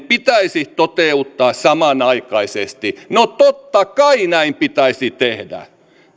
pitäisi toteuttaa samanaikaisesti no totta kai näin pitäisi tehdä